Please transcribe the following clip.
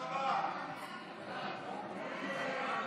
אני עובר להצבעה.